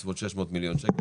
בסביבות 600 מיליון שקל.